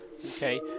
Okay